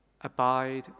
abide